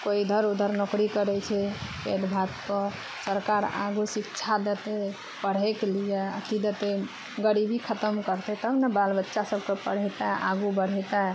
कोइ इधर उधर नौकरी करै छै पेट भातके सरकार आगू शिक्षा देतै पढ़यके लिए अथी देतै गरीबी खतम करतै तब ने बाल बच्चा सभकेँ पढ़यतै आगू बढ़यतै